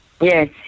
Yes